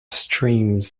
streams